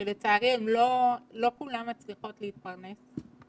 לצערי לא כולן מצליחות להתפרנס,